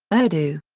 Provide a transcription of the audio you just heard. urdu.